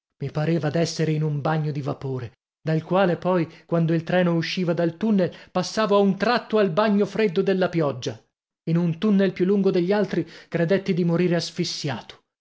mi pareva d'essere in un bagno a vapore dal quale poi quando il treno usciva dal tunnel passavo a un tratto al bagno freddo della pioggia in un tunnel più lungo degli altri credetti di morire asfissiato